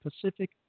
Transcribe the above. Pacific